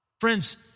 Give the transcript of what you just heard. Friends